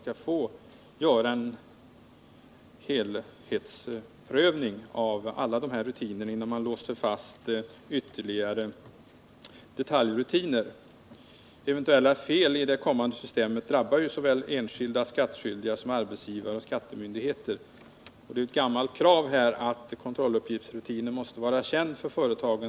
Det är emellertid fullt klart att radikala åtgärder som måste vidtas förhindras av skatteskäl. Det är därför nödvändigt att utvidga möjligheten att använda skogskonto eller genom andra åtgärder på skatteområdet medverka till att bekämpningen av granbarkborren görs effektiv.